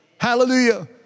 Hallelujah